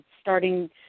starting